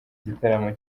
igitaramo